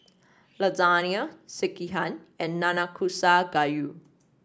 Lasagne Sekihan and Nanakusa Gayu